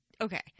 okay